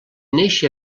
néixer